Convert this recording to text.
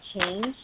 change